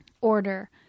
order